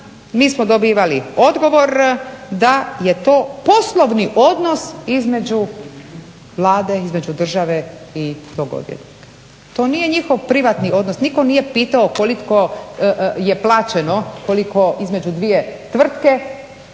Mi smo dobivali odgovor da je to poslovni odnos između Vlade, između države i tog odvjetnika. To nije njihov privatni odnos. Nitko nije pitao koliko je plaćeno, koliko između dvije tvrtke